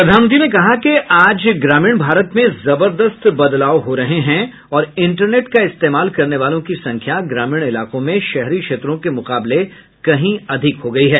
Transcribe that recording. प्रधानमंत्री ने कहा कि आज ग्रामीण भारत में जबर्दस्त बदलाव हो रहे हैं और इंटरनेट का इस्तेमाल करने वालों की संख्या ग्रामीण इलाकों में शहरी क्षेत्रों के मुकाबले कहीं अधिक हो गई है